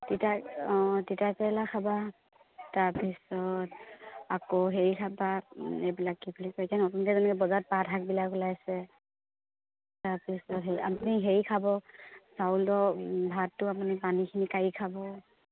তিতা অঁ তিতাকেৰেলা খাবা তাৰপিছত আকৌ হেৰি খাবা এইবিলাক কি বুলি কয় এতিয়া নতুনকৈ যেনেকৈ বজাৰত পাত শাকবিলাক ওলাইছে তাৰপিছত হেৰি আপুনি হেৰি খাব চাউলটো ভাতটো আপুনি পানীখিনি কাঢ়ি খাব